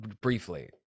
briefly